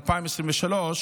2023,